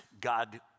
God